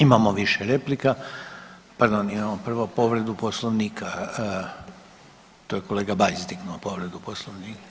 Imamo više replika, pardon imamo prvo povredu Poslovnika, to je kolega BAjs dignuo povredu Poslovnika.